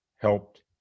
helped